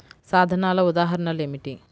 సాధనాల ఉదాహరణలు ఏమిటీ?